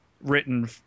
written